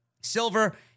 Silver